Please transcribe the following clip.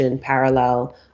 parallel